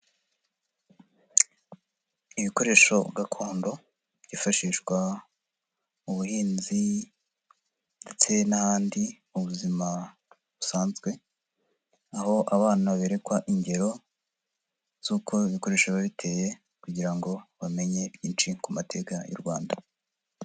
Ibikoresho gakondo byifashishwa mu buhinzi ndetse n'ahandi mu buzima busanzwe, aho abana berekwa ingero zuko ibikoresho biba biteye kugira ngo bamenye byinshi ku mateka y'u Rwanda.